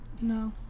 No